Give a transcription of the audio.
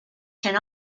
can